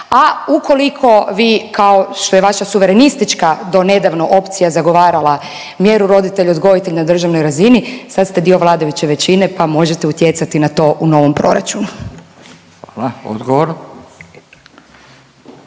a ukoliko vi kao što je vaša suverenistička donedavno opcija zagovarala mjeru roditelj odgojitelj na državnoj razini sad ste dio vladajuće većine pa možete utjecati na to u novom proračunu. **Radin,